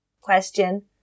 Question